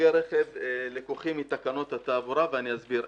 סוגי הרכב לקוחים מתקנות התעבורה, ואסביר.